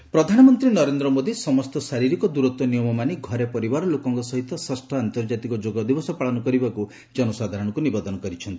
PM yoga day' ପ୍ରଧାନମନ୍ତ୍ରୀ ନରେନ୍ଦ ମୋଦୀ ସମସ୍ତ ଶାରିରୀକ ଦୂରତ୍ୱ ନିୟମ ମାନି ଘରେ ପରିବାର ଲୋକଙ୍କ ସହିତ ଷଷ୍ଠ ଆନ୍ତର୍ଜାତିକ ଯୋଗ ଦିବସ ପାଳନ କରିବାକୁ ଜନସାଧାରଣଙ୍କୁ ନିବେଦନ କରିଛନ୍ତି